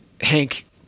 Hank